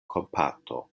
kompato